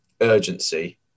urgency